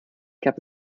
gab